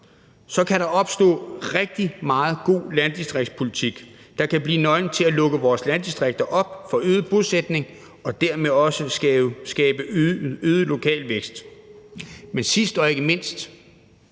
kan der opstå rigtig meget god landdistriktspolitik, der kan blive nøglen til at lukke vores landdistrikter op for øget bosætning og dermed også skabe øget lokal vækst. Men sidst og ikke mindst,